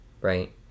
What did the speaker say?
right